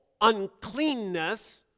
uncleanness